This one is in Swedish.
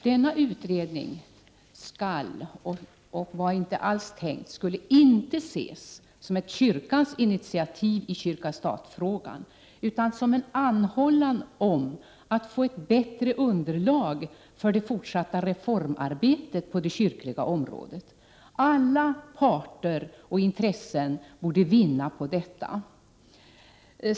Det var inte alls tänkt att denna utredning skulle ses som ett kyrkans initiativ i kyrka-stat-frågan, utan som en anhållan om att få ett bättre underlag för det fortsatta reformarbetet på det kyrkliga området. Alla parter och intressen borde vinna på detta.